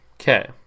Okay